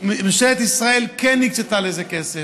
ממשלת ישראל כן הקצתה לזה כסף,